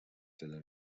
صدا